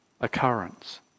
occurrence